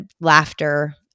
laughter